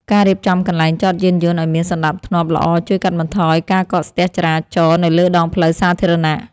ការរៀបចំកន្លែងចតយានយន្តឱ្យមានសណ្ដាប់ធ្នាប់ល្អជួយកាត់បន្ថយការកកស្ទះចរាចរណ៍នៅលើដងផ្លូវសាធារណៈ។